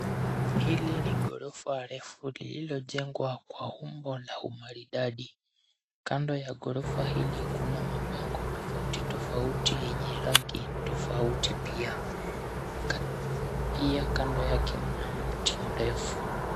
Hili ni gorofa refu lililojengwa kwa umbo la umaridadi. Kando ya gorofa hili kuna mabango tofauti tofauti yenye rangi tofauti pia. Pia kando yake mna mti mrefu.